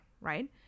right